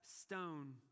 stone